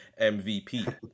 MVP